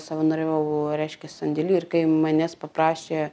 savanoriavau reiškia sandėliui ir kai manęs paprašė